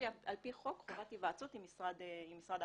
על פי חוק, חובת היוועצות עם משרד העבודה.